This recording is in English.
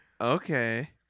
Okay